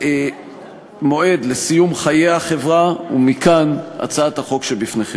מועד לסיום חיי החברה, ומכאן הצעת החוק שלפניכם.